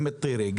גם טירה,